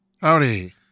Howdy